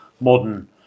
modern